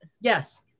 Yes